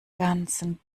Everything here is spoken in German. ganzen